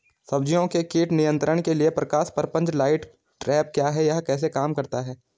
सब्जियों के कीट नियंत्रण के लिए प्रकाश प्रपंच लाइट ट्रैप क्या है यह कैसे काम करता है?